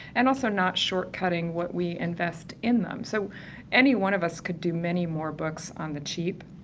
and also not short-cutting what we invest in them. so any one of us could do many more books on the cheap,